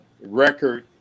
record